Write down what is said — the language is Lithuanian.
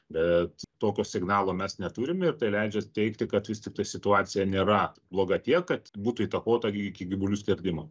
bet tokio signalo mes neturim ir tai leidžia teigti kad vis tiktai situacija nėra bloga tiek kad būtų įtakota iki gyvulių skerdimo